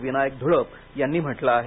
विनायक धुळप यांनी म्हटलं आहे